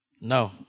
No